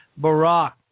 Barack